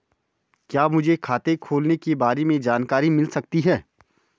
क्या मुझे खाते खोलने के बारे में जानकारी मिल सकती है?